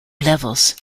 levels